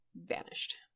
vanished